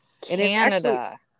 Canada